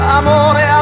amore